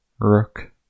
Rook